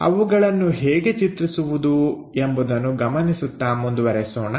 ಅವುಗಳನ್ನು ಹೇಗೆ ಚಿತ್ರಿಸುವುದು ಎಂಬುದನ್ನು ಗಮನಿಸುತ್ತಾ ಮುಂದುವರೆಸೋಣ